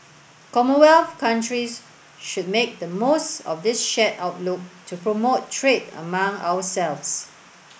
commonwealth countries should make the most of this shared outlook to promote trade among ourselves